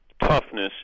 toughness